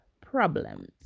problems